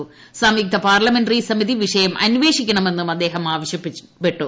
സ്ലൂംയുക്ത parliamentary സമിതി വിഷയം അന്വേഷിക്കണമെന്നു് ആർദ്ദേഹം ആവശ്യപ്പെട്ടു